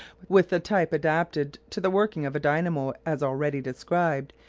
with the type adapted to the working of a dynamo as already described,